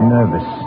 nervous